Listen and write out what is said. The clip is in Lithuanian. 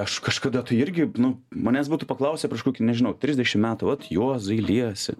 aš kažkada tai irgi nu manęs būtų paklausę prieš kažkokį nežinau trisdešim metų vat juozai liesi